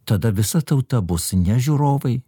tada visa tauta bus ne žiūrovai